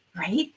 Right